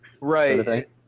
Right